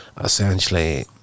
essentially